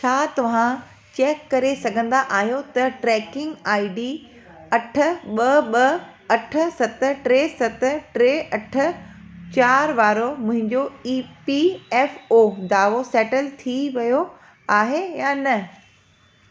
छा तव्हां चेक करे सघंदा आहियो त ट्रैकिंग आई डी अठ ॿ ॿ अठ सत टे सत टे अठ चारि वारो मुंहिंजो ई पी एफ ओ दावो सेटल थी वियो आहे या न